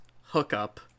hookup